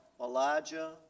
Elijah